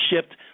shift